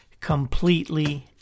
completely